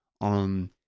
on